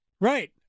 Right